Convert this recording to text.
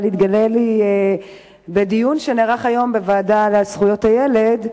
אבל התגלה לי בדיון שנערך היום בוועדה לזכויות הילד,